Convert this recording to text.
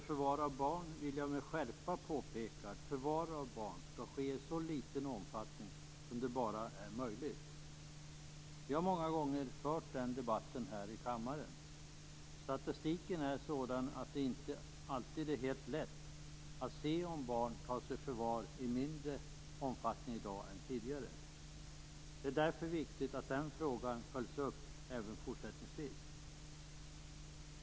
Jag vill med skärpa påpeka att förvar av barn skall ske i en så liten omfattning som bara är möjligt. Vi har många gånger fört den debatten här i kammaren. Statistiken är sådan att det inte alltid är helt lätt att se om barn tas i förvar i mindre omfattning i dag än tidigare. Det är därför viktigt att den frågan följs upp även fortsättningsvis.